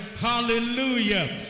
Hallelujah